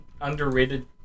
Underrated